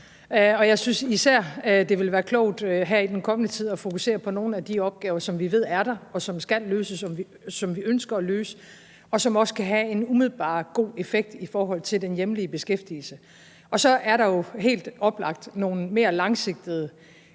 Og jeg synes især, det ville være klogt her i den kommende tid at fokusere på nogle af de opgaver, som vi ved er der, som skal løses, som vi ønsker at løse, og som også kan have en umiddelbar og god effekt i forhold til den hjemlige beskæftigelse. Og så er der jo helt oplagt nogle mere langsigtede